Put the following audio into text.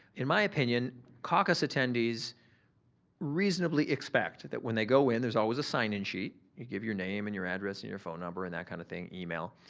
in my opinion caucus attendees reasonably expect that when they go in there's always a sign-in sheet, you give your name and your address and your phone number and that kind of thing, email,